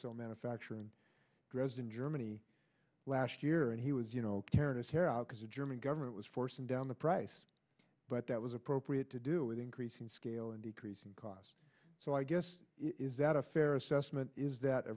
cell manufacturing dresden germany last year and he was you know karen is here out because the german government was forcing down the price but that was appropriate to do it increasing scale and decrease in cost so i guess is that a fair assessment is that a